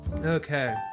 Okay